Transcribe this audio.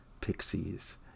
pixies